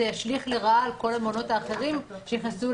זה ישליך לרע על כל המעונות האחרים שנכנסו